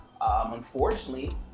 unfortunately